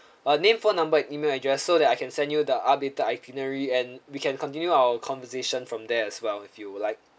uh name phone number and email address so that I can send you the arbiter itinerary and we can continue our conversation from there as well if you would like